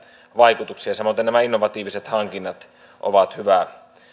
vaikutuksia samaten nämä innovatiiviset hankinnat ovat